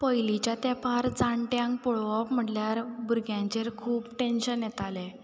पयलींच्या तेंपार जाणट्यांक पळोवप म्हणल्यार भुरग्यांचेर खूब टँन्शन येतालें